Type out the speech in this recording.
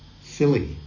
silly